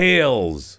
Tales